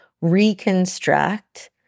reconstruct